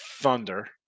Thunder